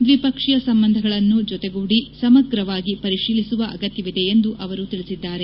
ದ್ವಿಪಕ್ಷೀಯ ಸಂಬಂಧಗಳನ್ನು ಜೊತೆಗೂದಿ ಸಮಗ್ರವಾಗಿ ಪರಿಶೀಲಿಸುವ ಅಗತ್ಯವಿದೆ ಎಂದು ಅವರು ತಿಳಿಸಿದರು